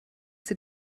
sie